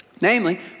Namely